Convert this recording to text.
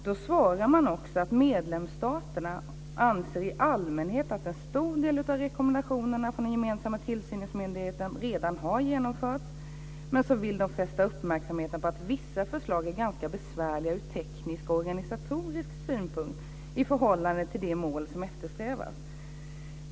Då svarar man också: "Medlemsstaterna anser i allmänhet att en stor del av rekommendationerna från den gemensamma tillsynsmyndigheten redan har genomförts -." Men man vill "fästa uppmärksamheten på att vissa förslag är ganska besvärliga ur teknisk och organisatorisk synpunkt i förhållande till det mål som eftersträvas.